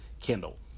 Kindle